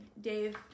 Dave